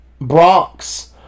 Bronx